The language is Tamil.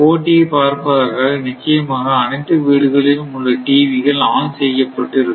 போட்டியை பார்ப்பதற்காக நிச்சயமாக அனைத்து வீடுகளிலும் உள்ள டிவிகள் ஆன் செய்யப்பட்டு இருக்கும்